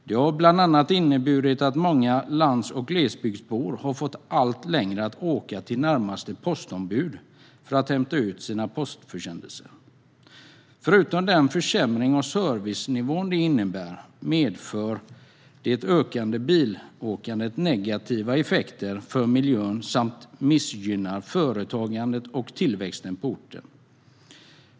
Det har bland annat inneburit att många lands och glesbygdsbor har fått allt längre att åka till närmaste postombud för att hämta ut sina postförsändelser. Förutom den försämring av servicenivån detta innebär medför det ökande bilkörandet negativa effekter för miljön. Det missgynnar också företagandet och tillväxten på orten.